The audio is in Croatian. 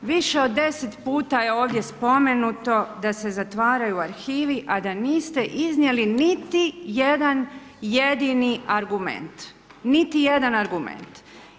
Više od 10 puta je ovdje spomenuto da se zatvaraju arhivi, a da niste iznijeli niti jedan jedini argument, niti jedan argument.